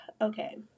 Okay